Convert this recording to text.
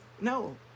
No